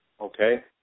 Okay